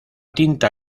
tinta